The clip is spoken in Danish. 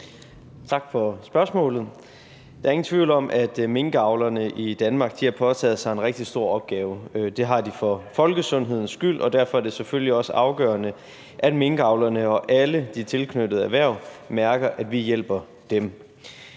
Tak for spørgsmålet. Der er ingen tvivl om, at minkavlerne i Danmark har påtaget sig en rigtig stor opgave. Det har de for folkesundhedens skyld, og derfor er det selvfølgelig også afgørende, at minkavlerne og alle de tilknyttede erhverv mærker, at vi hjælper dem.